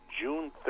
june